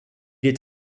est